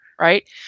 right